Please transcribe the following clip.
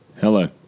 Hello